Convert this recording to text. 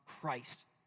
Christ